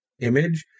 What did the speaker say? image